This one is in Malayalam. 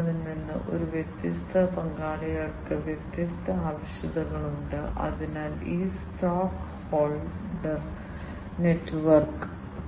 സ്മാർട്ട് സെൻസിംഗിന്റെയും ആക്ച്വേഷന്റെയും ആപ്ലിക്കേഷനുകൾക്കായി ഉപയോഗിക്കുന്ന വ്യത്യസ്ത പ്രോഗ്രാമിംഗ്